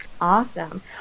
Awesome